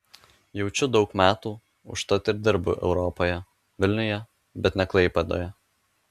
jaučiu daug metų užtat ir dirbu europoje vilniuje bet ne klaipėdoje